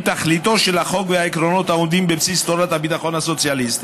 תכליתו של החוק והעקרונות העומדים בבסיס תורת הביטחון הסוציאלי.